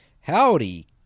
Howdy